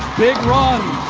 big run.